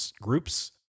groups